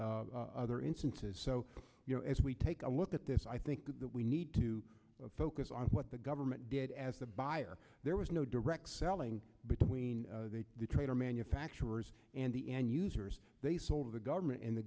other instances so as we take a look at this i think that we need to focus on what the government did as the buyer there was no direct selling between the trader manufacturers and the end users they sold the government and the